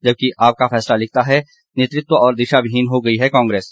जबकि आपका फैसला लिखता है नेतृत्व और दिशा विहीन हो गई है कांग्रेस